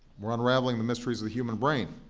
we're unraveling the mysteries of the human brain,